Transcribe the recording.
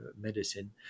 medicine